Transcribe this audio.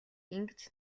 ингэж